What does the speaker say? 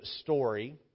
story